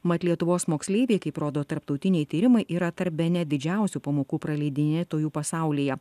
mat lietuvos moksleiviai kaip rodo tarptautiniai tyrimai yra tarp bene didžiausių pamokų praleidinėtojų pasaulyje